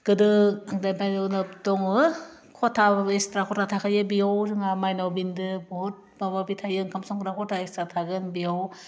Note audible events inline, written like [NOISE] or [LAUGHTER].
गोदो [UNINTELLIGIBLE] दङो खथा एसथ्रा खथा थाखायो बेयाव जोंहा माइनाव बिन्दो बहुद माबा माबि थायो ओंखाम संग्रा खथा एक्स्रा थागोन बेयाव